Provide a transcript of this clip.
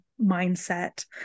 mindset